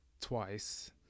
twice